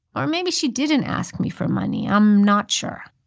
or maybe she didn't ask me for money. i'm not sure.